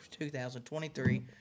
2023